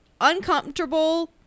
uncomfortable